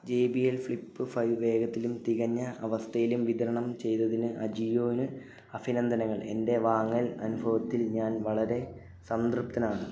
J B L flip five വേഗത്തിലും തികഞ്ഞ അവസ്ഥയിലും വിതരണം ചെയ്തതിന് അജിയോന് അഭിനന്ദനങ്ങൾ എൻ്റെ വാങ്ങൽ അനുഭവത്തിൽ ഞാൻ വളരെ സംതൃപ്തനാണ്